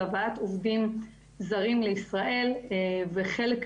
בבקשה כאן לפתוח סוגריים ולומר שצריך